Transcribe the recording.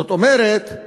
זאת אומרת,